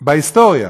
בהיסטוריה,